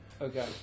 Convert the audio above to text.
Okay